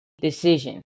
decision